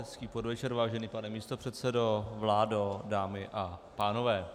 Hezký podvečer, vážený pane místopředsedo, vládo, dámy a pánové.